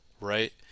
right